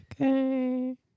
Okay